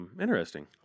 Interesting